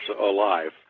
Alive